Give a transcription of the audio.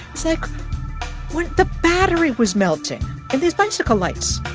it's like, the battery was melting in these bicycle lights